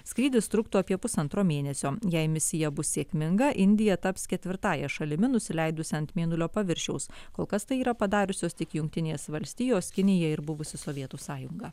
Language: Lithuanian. skrydis truktų apie pusantro mėnesio jei misija bus sėkminga indija taps ketvirtąja šalimi nusileidusi ant mėnulio paviršiaus kol kas tai yra padariusios tik jungtinės valstijos kinija ir buvusi sovietų sąjunga